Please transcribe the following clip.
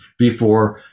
V4